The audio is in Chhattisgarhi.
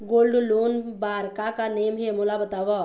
गोल्ड लोन बार का का नेम हे, मोला बताव?